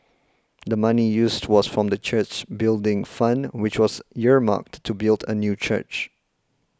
the money used was from the church's Building Fund which was earmarked to build a new church